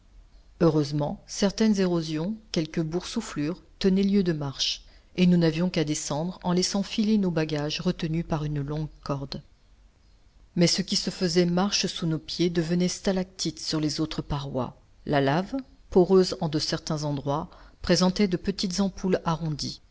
heureusement certaines érosions quelques boursouflures tenaient lieu de marches et nous n'avions qu'à descendre en laissant filer nos bagages retenus par une longue corde mais ce qui se faisait marche sous nos pieds devenait stalactites sur les autres parois la lave poreuse en de certains endroits présentait de petites ampoules arrondies